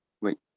Wait